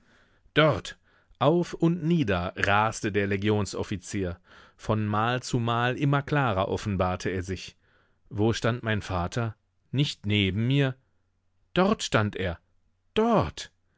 dort auf und nieder raste der legionsoffizier von mal zu mal immer klarer offenbarte er sich wo stand mein vater nicht neben mir dort stand er dort